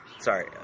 Sorry